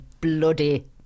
bloody